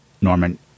Norman